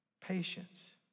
Patience